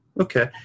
Okay